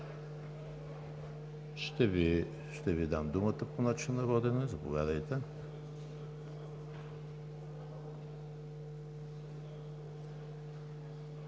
Ще Ви дам думата по начина на водене. Заповядайте.